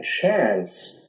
chance